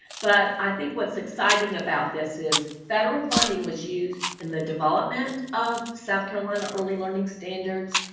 but i think what's exciting about this is federal funding was used in the development of south carolina early learning standards,